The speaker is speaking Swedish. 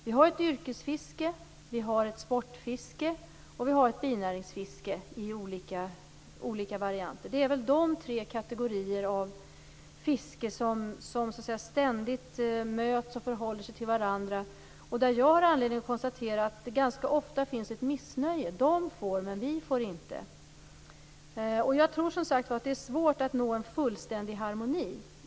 Vi har ett yrkesfiske, ett sportfiske och ett binäringsfiske i olika varianter. Det är de tre kategorier av fiske som ständigt möts och förhåller sig till varandra. Jag kan konstatera att det ganska ofta finns ett missnöje: De får men vi får inte. Jag tror som sagt att det är svårt att nå en fullständig harmoni.